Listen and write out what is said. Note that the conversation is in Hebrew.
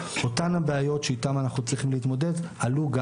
אותן הבעיות שאיתן אנחנו צריכים להתמודד עלו גם